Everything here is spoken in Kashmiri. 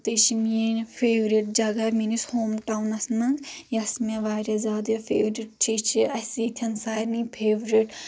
تہٕ یہِ چھِ میٲنۍ فیورٹ جگہ میٲنِس ہوم ٹاونس منٛز یۄس مےٚ واریاہ زیادٕ فیورٹ چھِ یہِ چھِ اسہِ ییٚتٮ۪ن سارنٕے فیورٹ